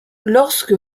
lorsque